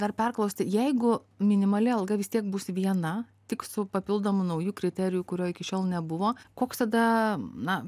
dar perklausti jeigu minimali alga vis tiek bus viena tik su papildomu nauju kriteriju kurio iki šiol nebuvo koks tada na